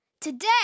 today